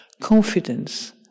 confidence